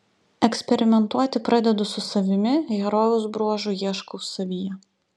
eksperimentuoti pradedu su savimi herojaus bruožų ieškau savyje